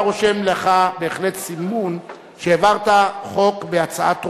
אתה רושם לך בהחלט סימון שהעברת חוק בהצעה טרומית,